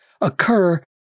occur